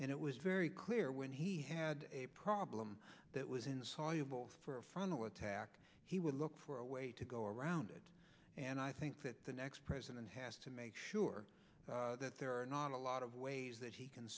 and it was very clear when he had a problem that was insoluble for a frontal attack he would look for a way to go around it and i think that the next president has to make sure that there are not a lot of ways that he can